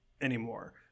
anymore